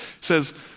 says